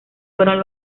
fueron